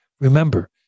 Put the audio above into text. Remember